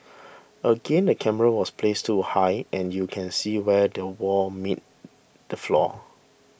again the camera was placed too high and you can see where the wall meets the floor